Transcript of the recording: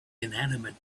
inanimate